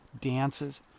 dances